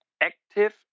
active